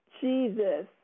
Jesus